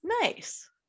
Nice